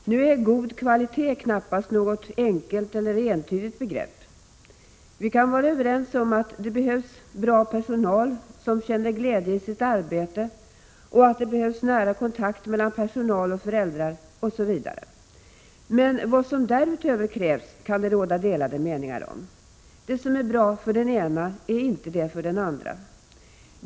Men ”god kvalitet” är knappast något enkelt eller entydigt begrepp. Vi kan vara överens om att det behövs bra personal som känner glädje i sitt arbete, att det behövs nära kontakt mellan personal och föräldrar, osv. Men vad som därutöver krävs kan det råda delade meningar om. Det som är bra för den ena är inte bra för den andra.